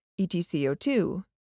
ETCO2